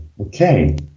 okay